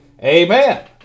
Amen